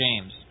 James